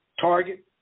Target